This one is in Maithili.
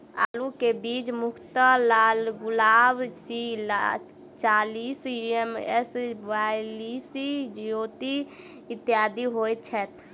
आलु केँ बीज मुख्यतः लालगुलाब, सी चालीस, एम.एस बयालिस, ज्योति, इत्यादि होए छैथ?